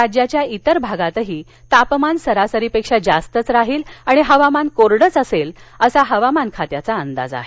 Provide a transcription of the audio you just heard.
राज्याच्या इतर भागातही तापमान सरासरीपेक्षा जास्तच राहील आणि हवामान कोरडंच असेल असा हवामान खात्याचा अंदाज आहे